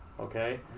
okay